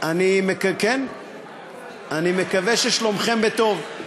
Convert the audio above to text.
אני מקווה ששלומכם טוב.